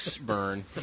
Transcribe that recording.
Burn